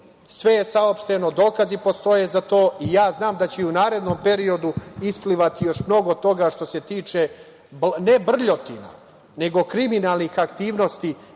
sve je saopšteno, dokazi postoje za to.I ja znam da će i u narednom periodu isplivati još mnogo toga što se tiče, ne brljotina, nego kriminalnih aktivnosti